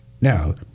Now